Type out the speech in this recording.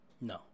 No